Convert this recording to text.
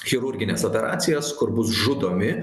chirurgines operacijas kur bus žudomi